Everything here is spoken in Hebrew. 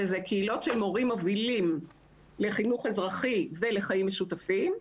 שזה קהילות של מורים מובילים לחינוך אזרחי ולחיים משותפים,